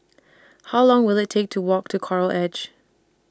How Long Will IT Take to Walk to Coral Edge